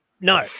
No